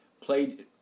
played